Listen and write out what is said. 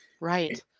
Right